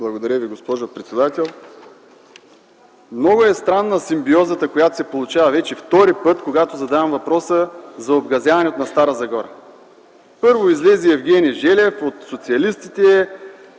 Благодаря Ви, госпожо председател. Много е странна симбиозата, която се получава вече втори път, когато задавам въпроса за обгазяването на Стара Загора. Първо излезе Евгений Желев от социалистите,